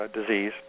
disease